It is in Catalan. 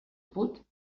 put